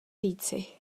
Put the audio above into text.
říci